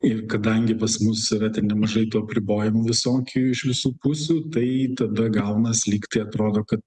ir kadangi pas mus yra ten nemažai tų apribojimų visokių iš visų pusių tai tada gaunas lyg tai atrodo kad